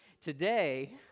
Today